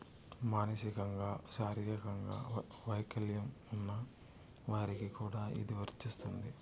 మానసికంగా శారీరకంగా వైకల్యం ఉన్న వారికి కూడా ఇది వర్తిస్తుంది